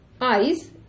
eyes